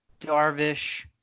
Darvish